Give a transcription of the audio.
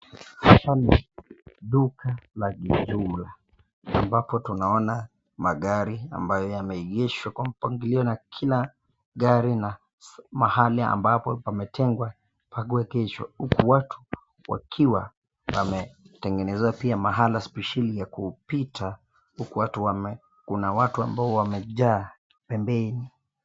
Hapa ni duka la kijumla ambapo tunaona magari ambayo yameegeshwa kwa mpangilio na kila gari na mahali ambapo pametengwa pakuegeshwa huku watu wakiwa wametengeneza pia mahala spesheri ya kupita kuna watu ambao wamejaa pembeni.